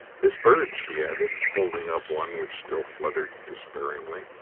this bird, she added, holding up one which still fluttered despairingly,